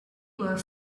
were